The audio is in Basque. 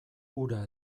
hura